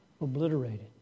obliterated